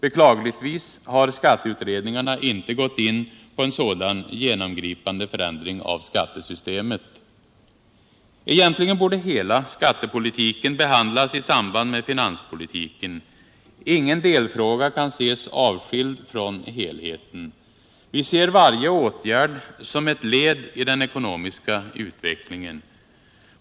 Beklagligtvis har skatteutredningarna inte gått ' in på en sådan genomgripande förändring av skattesystemet. Egentligen borde hela skattepolitiken behandlas i samband med finanspolitiken. Ingen detfråga kan ses avskild från helheten. Vi ser varje åtgärd som ett led i den ekonomiska utvecklingen.